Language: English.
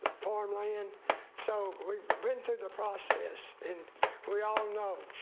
four million so we bring to the process and we all know.